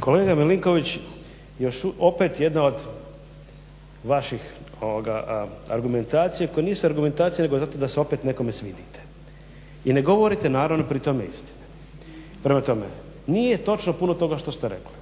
Kolega Milinković opet jedna od vaših argumentacija koje nisu argumentacije nego zato da se opet nekome svidite. I ne govorite naravno pri tome istine. Prema tome, nije točno puno toga što ste rekli,